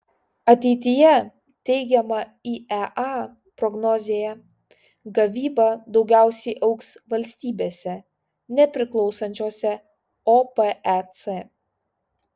ateityje teigiama iea prognozėje gavyba daugiausiai augs valstybėse nepriklausančiose opec